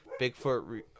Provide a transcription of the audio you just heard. Bigfoot